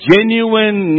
Genuine